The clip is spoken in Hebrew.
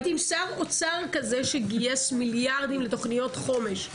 הייתי עם שר אוצר כזה שגייס מיליארדים לתוכניות חומש.